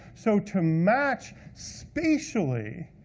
so to match spatially,